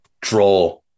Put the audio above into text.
draw